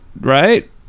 right